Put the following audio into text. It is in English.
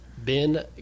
Ben